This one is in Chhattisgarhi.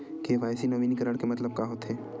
के.वाई.सी नवीनीकरण के मतलब का होथे?